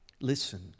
Listen